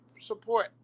support